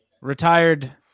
retired